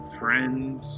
friends